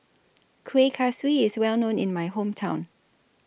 Kueh Kaswi IS Well known in My Hometown